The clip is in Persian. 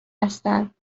هستند